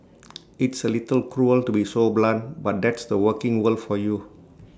it's A little cruel to be so blunt but that's the working world for you